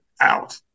out